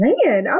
Man